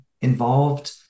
involved